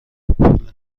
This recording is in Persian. پول